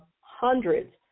hundreds